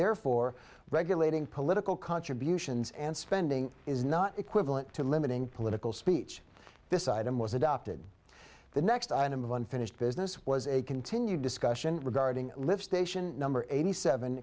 therefore regulating political contributions and spending is not equivalent to limiting political speech this item was adopted the next item of unfinished business was a continued discussion regarding lift station number eighty seven